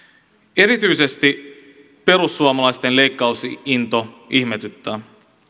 erityisesti perussuomalaisten leikkausinto ihmetyttää